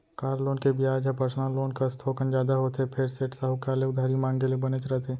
car loan के बियाज ह पर्सनल लोन कस थोकन जादा होथे फेर सेठ, साहूकार ले उधारी मांगे ले बनेच रथे